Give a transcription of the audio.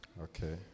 Okay